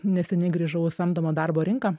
neseniai grįžau į samdomo darbo rinką